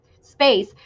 space